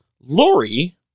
Lori